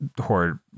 horror